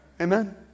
Amen